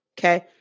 okay